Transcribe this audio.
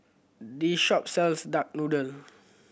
this shop sells duck noodle